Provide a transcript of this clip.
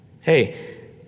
Hey